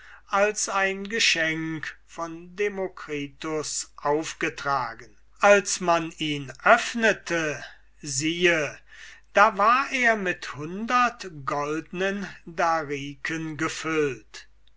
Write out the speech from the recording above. als ein geschenk des demokritus aufgetragen als man ihn öffnete siehe da war er mit hundert goldnen dariken gefüllt